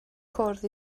cwrdd